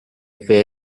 fair